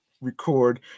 record